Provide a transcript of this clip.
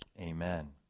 Amen